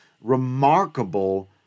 remarkable